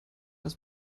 das